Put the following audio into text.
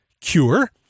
cure